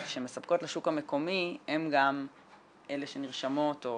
שמספקות לשוק המקומי הן גם אלה שנרשמות או